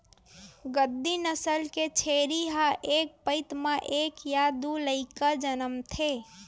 गद्दी नसल के छेरी ह एक पइत म एक य दू लइका जनमथे